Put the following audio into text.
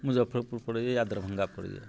मुजफ्फरपुर पड़ैए या दरभङ्गा पड़ैए